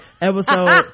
episode